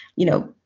you know,